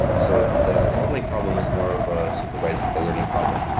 so, the modeling problem is more of a supervised learning problem.